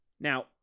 Now